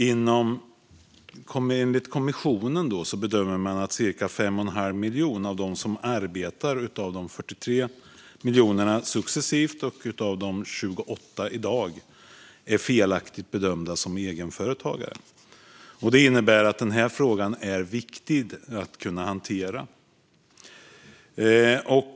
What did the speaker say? Enligt kommissionen bedömer man att cirka 5 1⁄2 miljon av de som arbetar av de här 43 miljonerna successivt och av de 28 miljonerna i dag är felaktigt bedömda som egenföretagare. Det innebär att den här frågan är viktig att kunna hantera.